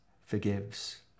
forgives